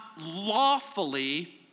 lawfully